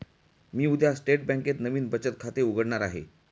मी उद्या स्टेट बँकेत नवीन बचत खाते उघडणार आहे